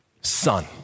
son